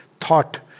thought